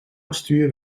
bestuur